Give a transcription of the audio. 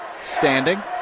standing